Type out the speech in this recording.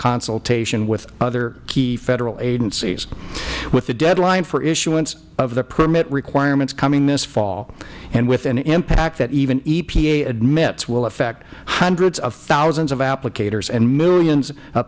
consultation with other key federal agencies with the deadline for issuance of the permit requirements coming this fall and with an impact that even epa admits will affect hundreds of thousands of applicators and millions of